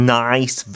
nice